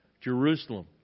Jerusalem